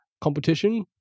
competition